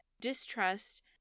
Distrust